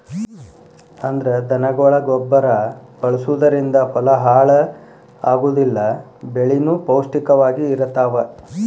ಅಂದ್ರ ದನಗೊಳ ಗೊಬ್ಬರಾ ಬಳಸುದರಿಂದ ಹೊಲಾ ಹಾಳ ಆಗುದಿಲ್ಲಾ ಬೆಳಿನು ಪೌಷ್ಟಿಕ ವಾಗಿ ಇರತಾವ